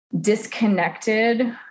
disconnected